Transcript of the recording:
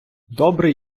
добре